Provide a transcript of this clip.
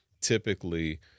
typically